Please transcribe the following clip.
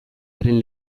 haren